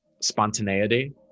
spontaneity